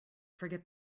forget